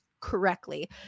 correctly